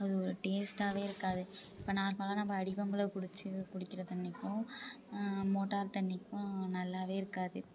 அது ஒரு டேஸ்ட்டாவே இருக்காது இப்போ நம்ம நார்மலா அடி பம்பில் பிடிச்சு குடிக்கின்ற தண்ணிக்கும் மோட்டார் தண்ணிக்கும் நல்லாவே இருக்காது